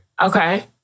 Okay